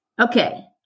Okay